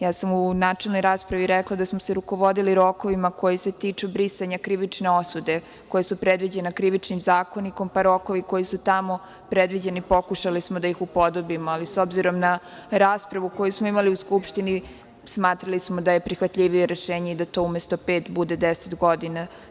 Ja sam u načelnoj raspravi rekla da smo se rukovodili rokovima koji se tiču brisanja krivične osude, koji su predviđeni Krivičnim zakonikom, pa rokovi koji su tamo predviđeni pokušali da ih upodobimo, ali s obzirom na raspravu koju smo imali u Skupštini, smatrali smo da je prihvatljivije rešenje da umesto pet bude 10 godina.